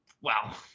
wow